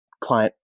client